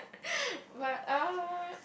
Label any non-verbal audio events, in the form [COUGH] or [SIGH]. [LAUGHS] but uh